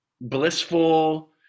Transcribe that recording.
blissful